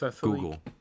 Google